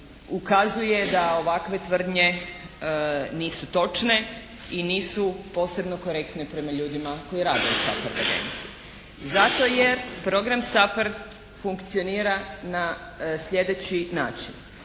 ukazuje da ovakve tvrdnje nisu točne i nisu posebno korektne prema ljudima koji rade u SAPARD agenciji. Zato jer program SAPARD funkcionira na sljedeći način.